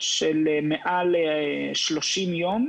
של מעל 30 יום